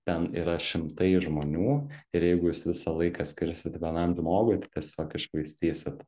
ten yra šimtai žmonių ir jeigu jūs visą laiką skirsit vienam žmogui tai tiesiog iššvaistysit